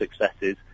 successes